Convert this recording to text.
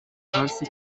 ترسی